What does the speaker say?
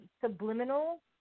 subliminal